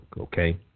okay